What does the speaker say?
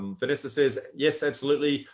um vanessa says yes, absolutely.